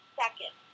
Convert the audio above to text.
second